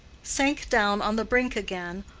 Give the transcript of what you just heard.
sank down on the brink again,